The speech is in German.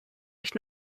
ich